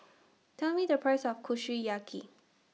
Tell Me The Price of Kushiyaki